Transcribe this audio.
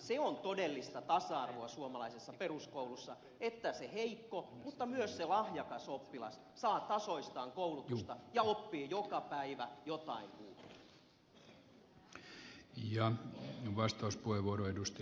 se on todellista tasa arvoa suomalaisessa peruskoulussa että se heikko mutta myös se lahjakas oppilas saavat tasoistaan koulutusta ja oppivat joka päivä jotain uutta